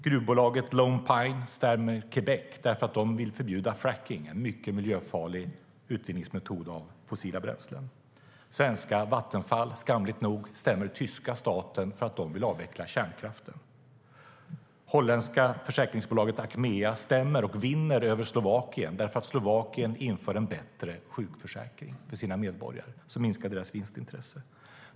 Gruvbolaget Long Pine stämmer Quebec därför att Quebec vill förbjuda frackning, en mycket miljöfarlig metod för utvinning av fossila bränslen. Svenska Vattenfall - skamligt nog - stämmer Tyskland därför att den tyska staten vill avveckla kärnkraften. Det holländska försäkringsbolaget Achmea stämmer och vinner över Slovakien därför att Slovakien har infört en bättre sjukförsäkring för sina medborgare, och då minskar bolagets vinstmöjligheter.